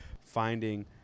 finding